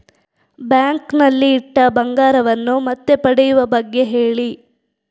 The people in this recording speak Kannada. ಬ್ಯಾಂಕ್ ನಲ್ಲಿ ಇಟ್ಟ ಬಂಗಾರವನ್ನು ಮತ್ತೆ ಪಡೆಯುವ ಬಗ್ಗೆ ಹೇಳಿ